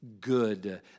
good